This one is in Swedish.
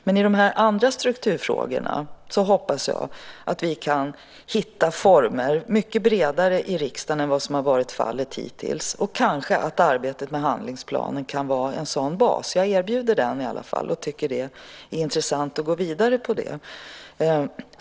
Men i de andra strukturfrågorna hoppas jag att vi kan hitta mycket bredare former i riksdagen än vad som har varit fallet hittills, och kanske att arbetet med handlingsplanen kan vara en sådan bas. Jag erbjuder den i alla fall och tycker att det är intressant att gå vidare där.